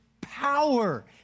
power